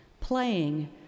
Playing